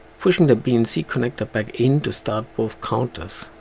pushing the bnc connector back in to start both counters